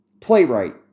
playwright